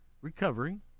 recovering